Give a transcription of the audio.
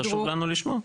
חשוב לנו לשמוע.